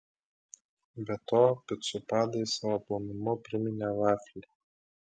be to picų padai savo plonumu priminė vaflį